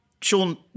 Sean